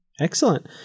Excellent